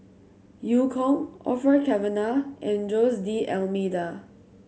Eu Kong Orfeur Cavenagh and Jose D'Almeida